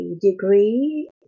degree